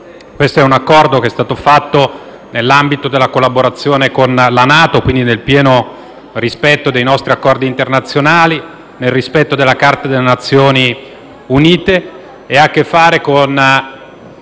questo è un Accordo che è stato fatto nell'ambito della collaborazione con la NATO, quindi nel pieno rispetto dei nostri accordi internazionali e della Carta delle Nazioni Unite, e non solo ha a che fare con